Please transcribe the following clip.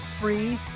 free